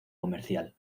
comercial